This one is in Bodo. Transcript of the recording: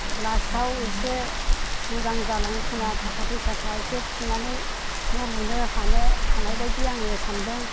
लास्टआव एसे मोजां जालाङो खोमा थाखा फैसाफ्रा एसे थिनानै न' लुनो हानो हानायबायदि आङो सानदों